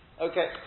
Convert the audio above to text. Okay